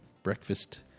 breakfast